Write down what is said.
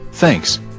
Thanks